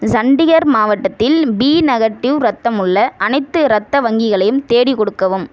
சண்டிகர் மாவட்டத்தில் B negative இரத்தம் உள்ள அனைத்து இரத்த வங்கிகளையும் தேடி கொடுக்கவும்